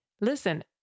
listen